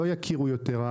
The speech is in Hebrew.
לא יכירו יותר.